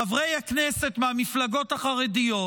חברי הכנסת מהמפלגות החרדיות,